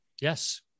yes